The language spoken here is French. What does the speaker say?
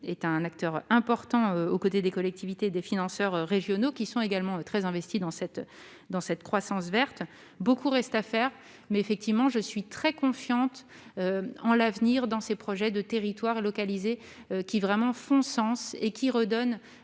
des acteurs importants aux côtés des collectivités et des financeurs régionaux, qui sont également très investis dans la croissance verte. Beaucoup reste à faire, mais je suis très confiante dans l'avenir de ces projets de territoire localisés, qui font sens et permettent